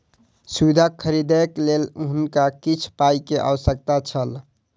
सुविधा खरीदैक लेल हुनका किछ पाई के आवश्यकता छल